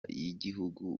z’igihugu